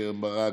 קרן ברק,